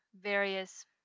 various